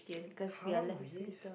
Kallang-Wave